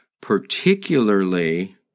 particularly